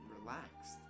relaxed